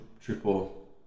triple